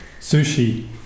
sushi